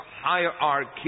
hierarchy